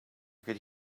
could